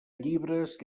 llibres